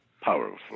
powerful